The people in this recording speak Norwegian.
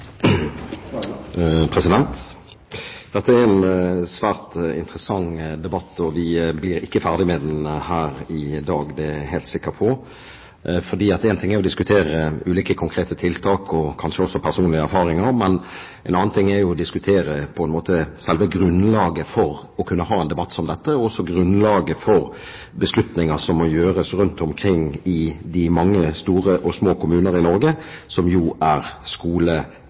en svært interessant debatt, og vi blir ikke ferdig med den her i dag, det er jeg helt sikker på. Én ting er å diskutere ulike konkrete tiltak, og kanskje også personlige erfaringer, en annen ting er å diskutere selve grunnlaget for å kunne ha en debatt som dette, og grunnlaget for beslutninger som må gjøres rundt omkring i de mange store og små kommuner i Norge, som jo er